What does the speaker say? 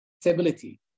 stability